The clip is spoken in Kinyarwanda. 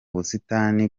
busitani